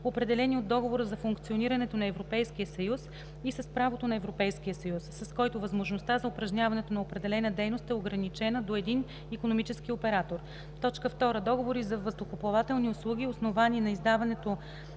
определени от Договора за функционирането на Европейския съюз, и с правото на Европейския съюз, с който възможността за упражняването на определена дейност е ограничена до един икономически оператор. 2. Договори за въздухоплавателни услуги, основани на издаването